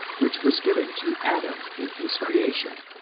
which was given to adam in his creation